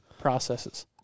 processes